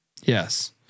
Yes